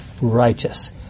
righteous